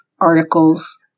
articles